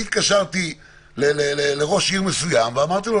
ואני התקשרתי לראש עיר מסוים ואמרתי לו: